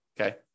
okay